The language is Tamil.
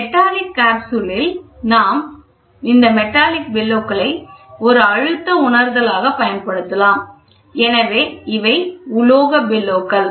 மெட்டாலிக் காப்ஸ்யூலில் நாம் இந்த மெட்டாலிக் பெல்லோக்களை ஒரு அழுத்த உணர்தலாகப் பயன்படுத்தலாம் எனவே இவை உலோகத் பெல்லோக்கள்